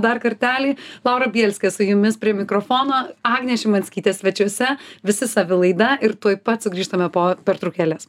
dar kartelį laura bielskė su jumis prie mikrofono agnė šimanskytė svečiuose visi savi laida ir tuoj pat sugrįžtame po pertraukėlės